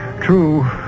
True